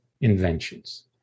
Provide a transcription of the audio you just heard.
inventions